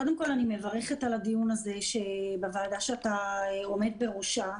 קודם כל אני מברכת על הדיון הזה בוועדה שאתה עומד בראשה,